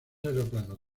aeroplanos